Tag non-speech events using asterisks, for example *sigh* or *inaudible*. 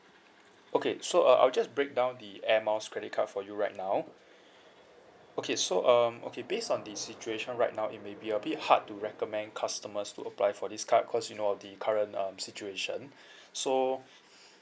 okay so uh I'll just break down the air miles credit card for you right now okay so um okay based on the situation right now it may be a bit hard to recommend customers to apply for this card cause you know of the current um situation *breath* so